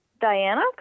Diana